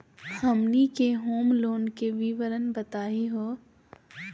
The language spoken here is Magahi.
हमनी के होम लोन के विवरण बताही हो?